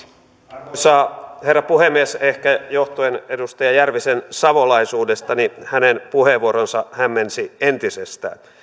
arvoisa herra puhemies ehkä johtuen edustaja järvisen savolaisuudesta hänen puheenvuoronsa hämmensi entisestään